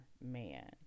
man